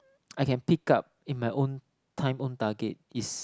I can pick up in my own time own target is